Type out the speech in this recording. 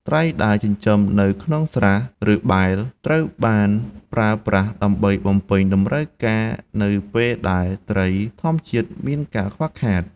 ត្រីដែលចិញ្ចឹមនៅក្នុងស្រះ ឬបែរត្រូវបានប្រើប្រាស់ដើម្បី បំពេញតម្រូវការ នៅពេលដែលត្រីធម្មជាតិមានការខ្វះខាត។